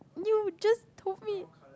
you just told me